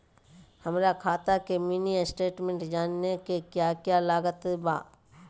हमरा खाता के मिनी स्टेटमेंट जानने के क्या क्या लागत बा?